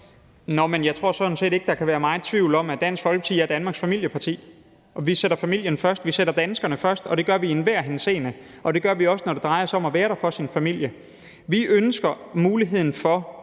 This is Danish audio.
(DF): Jeg tror sådan set ikke, der kan være megen tvivl om, at Dansk Folkeparti er Danmarks familieparti. Vi sætter familien først, vi sætter danskerne først, og det gør vi i enhver henseende. Det gør vi også, når det drejer sig om at være der for sin familie. Vi ønsker, at danskere